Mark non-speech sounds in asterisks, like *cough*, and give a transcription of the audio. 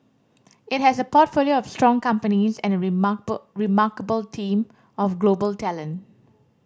it has a portfolio of strong companies and a *unintelligible* remarkable team of global talent